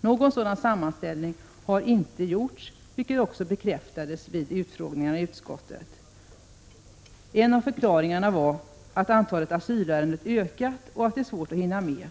Någon sådan sammanställning har emellertid inte gjorts, vilket också bekräftades vid utfrågningen i utskottet. En av förklaringarna var att antalet asylärenden hade ökat och att det var svårt att hinna med.